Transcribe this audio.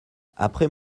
après